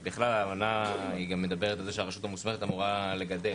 האמנה מדברת על כך שהרשות המוסמכת אמורה לגדל.